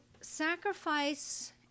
sacrifice